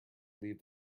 leave